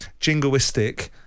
jingoistic